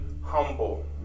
humble